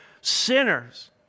sinners